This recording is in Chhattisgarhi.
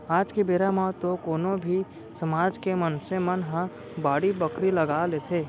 आज के बेरा म तो कोनो भी समाज के मनसे मन ह बाड़ी बखरी लगा लेथे